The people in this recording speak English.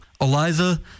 Eliza